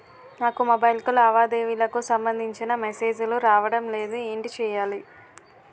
నాకు మొబైల్ కు లావాదేవీలకు సంబందించిన మేసేజిలు రావడం లేదు ఏంటి చేయాలి?